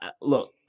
Look